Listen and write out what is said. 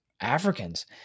Africans